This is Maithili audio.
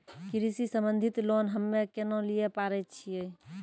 कृषि संबंधित लोन हम्मय केना लिये पारे छियै?